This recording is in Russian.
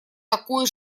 такой